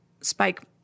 spike